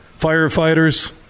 firefighters